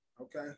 Okay